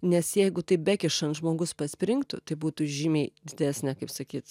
nes jeigu taip bekišant žmogus paspringtų tai būtų žymiai didesnė kaip sakyt